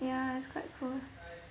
ya it's quite cool